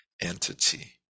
entity